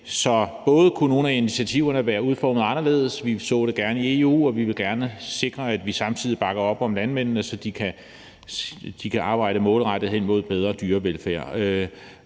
Så nogle af initiativerne kunne være udformet lidt anderledes, og vi så også gerne, at det sker gennem EU, og vi vil gerne sikre, at vi samtidig bakker op om landmændene, så de kan arbejde målrettet hen imod bedre en dyrevelfærd.